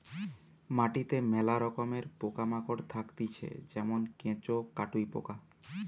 মাটিতে মেলা রকমের পোকা মাকড় থাকতিছে যেমন কেঁচো, কাটুই পোকা